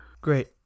Great